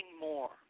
more